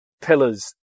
pillars